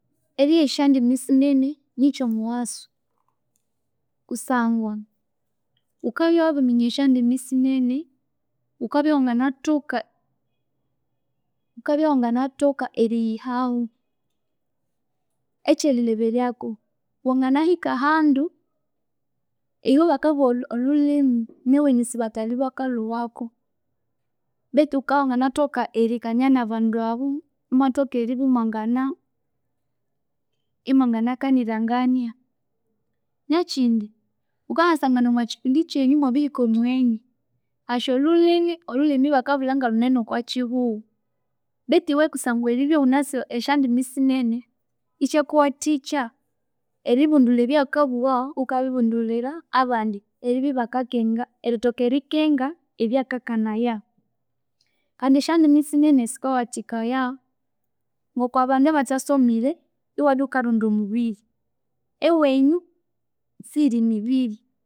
Erigha esyandimi sinene nikyomughaso, kusangwa bukabya wabiminya esyandimi sinene wukabya wanganathoka, wukabya wanganathoka eriyihahu. Ekyerilheberyaku wanganahika ahandu ihu bakabugha olhulhimi newenyu isibathali bakalwowaku betu wukawanganathoka erikania nabandu abu imwathoka eribya mwangana, imwanganakaniryangania. Nekyindi wukanasangana omwakyipindi kyenyu mwabihika omugheni asi olhulhimi, olhulhimi bakabulha ngalhune nokwakyihughu bethu iwe kusangwa eribya wunasi esyandimi sinene isyakuwathikya eribundulha ebyakabugha wukabibundulhira abandi eriby bakakenga erithoka erikenga ebyakakanaya. Kandi esyandimi sinene sikawathikaya ngokwabandu abatha somire iwabya wukarondya omubiri ewenyu siyiri mibiri